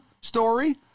story